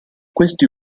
questi